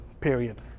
Period